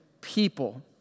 people